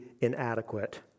inadequate